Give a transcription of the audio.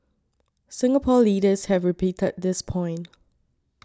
Singapore leaders have repeated this point